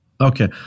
Okay